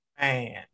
Man